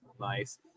nice